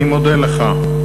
אני מודה לך.